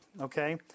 okay